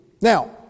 Now